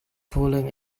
pulling